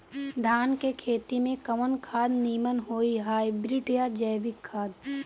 धान के खेती में कवन खाद नीमन होई हाइब्रिड या जैविक खाद?